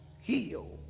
heal